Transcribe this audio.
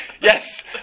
Yes